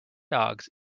dogs